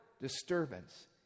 disturbance